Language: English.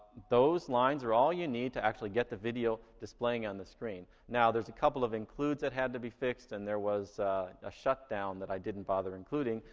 those lines are all you need to actually get the video displaying on the screen. now, there's a couple of includes that had to be fixed and there was a shutdown that i didn't bother including.